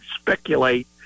speculate